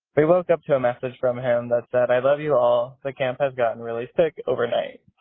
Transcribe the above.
they woke up to a message from him that said, i love you all. the camp has gotten really sick overnight.